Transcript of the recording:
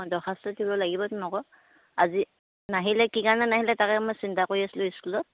অ' দৰ্খাস্ত দিব লাগিবতো অকৌ আজি নাহিলে কি কাৰণে নাহিলে তাকে মই চিন্তা কৰি আছিলোঁ স্কুলত